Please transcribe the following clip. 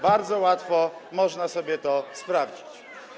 Bardzo łatwo można sobie to sprawdzić.